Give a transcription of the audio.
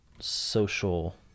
social